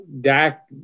Dak